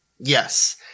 Yes